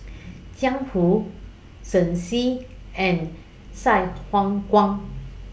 Jiang Hu Shen Xi and Sai Hua Kuan